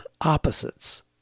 opposites